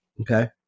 okay